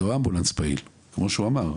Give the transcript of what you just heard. לא אמבולנס פעיל כמו שהוא אמר,